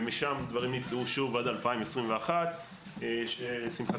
ומשם דברים נתקעו שוב עד 2021. לשמחתנו,